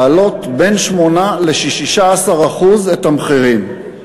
להעלות ב-8% 16% את המחירים,